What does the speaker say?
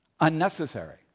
unnecessary